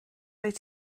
wyt